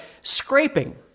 scraping